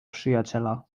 przyjaciela